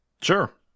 Sure